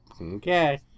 Okay